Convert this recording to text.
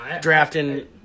drafting